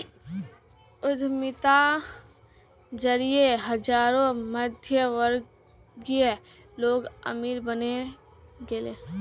उद्यमिता जरिए हजारों मध्यमवर्गीय लोग अमीर बने गेले